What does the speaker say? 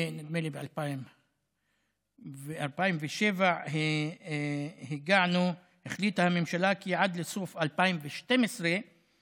נדמה לי שב-2007 החליטה הממשלה כי עד לסוף 2012 לפחות